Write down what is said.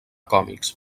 còmics